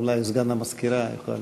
אולי סגן המזכירה יוכל